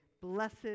Blessed